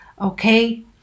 okay